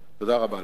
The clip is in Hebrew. תודה רבה לך.